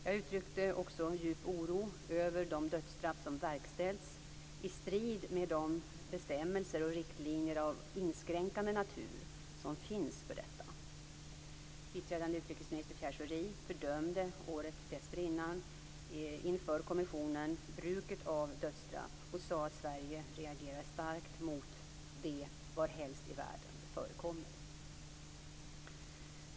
Jag uttryckte också djup oro över de dödsstraff som verkställts i strid med de bestämmelser och riktlinjer av inskränkande natur som finns för detta. Biträdande utrikesminister Pierre Schori fördömde året dessförinnan inför kommissionen bruket av dödsstraff och sade att Sverige reagerar starkt mot det varhelst i världen det förekommer.